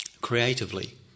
creatively